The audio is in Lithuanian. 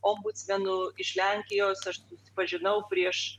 ombudsmenu iš lenkijos aš susipažinau prieš